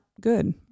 good